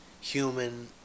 human